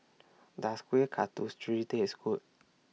Does Kueh Katusri Taste Good